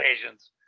patients